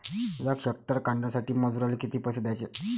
यक हेक्टर कांद्यासाठी मजूराले किती पैसे द्याचे?